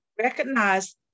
recognize